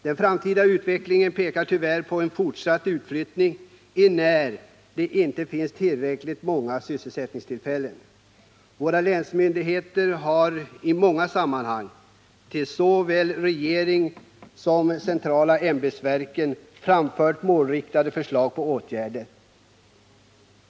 Den framtida utvecklingen pekar tyvärr på en fortsatt utflyttning, enär det inte finns tillräckligt många sysselsättningstillfällen. Våra länsmyndigheter har i många sammanhang till såväl regering som centrala ämbetsverk framfört målinriktade förslag till åtgärder.